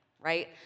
right